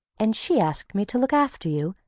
and she asked me to look after you,